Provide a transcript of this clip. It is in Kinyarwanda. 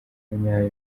nyayo